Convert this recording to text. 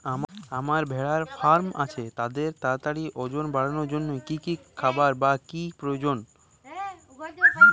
আমার ভেড়ার ফার্ম আছে তাদের তাড়াতাড়ি ওজন বাড়ানোর জন্য কী খাবার বা কী প্রয়োজন?